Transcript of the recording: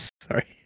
Sorry